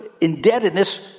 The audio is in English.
indebtedness